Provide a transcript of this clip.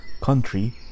country